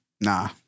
Nah